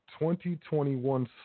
2021